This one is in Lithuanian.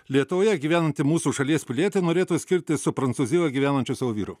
lietuvoje gyvenanti mūsų šalies pilietė norėtų skirtis su prancūzijoj gyvenančiu savo vyru